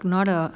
not a